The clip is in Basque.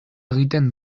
egiten